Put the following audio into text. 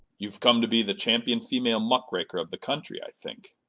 you've come to be the champion female muck-raker of the country, i think.